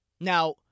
Now